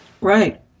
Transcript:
Right